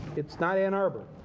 it's not ann arbor.